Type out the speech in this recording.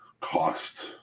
cost